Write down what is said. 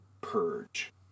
purge